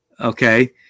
Okay